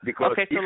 Okay